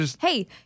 Hey